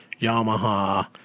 yamaha